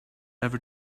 ever